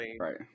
Right